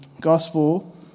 gospel